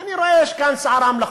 ואני רואה שיש כאן סערה מלאכותית.